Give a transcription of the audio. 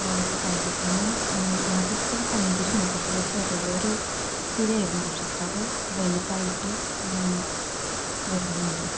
ഇപ്പോള് ഞാന് ആദ്യമിതുപോലെ കണ്ടിരുന്നു പക്ഷെ അതു ചെറിയൊരു കുഴിയായിരുന്നു പക്ഷേ ഇപ്പോഴതു വലുതായിട്ടു വരുന്നുണ്ട്